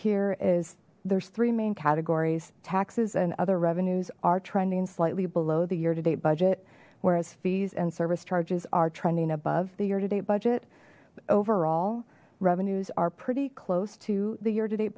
here is there's three main categories taxes and other revenues are trending slightly below the year to date budget whereas fees service charges are trending above the year to date budget overall revenues are pretty close to the year to date